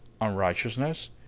unrighteousness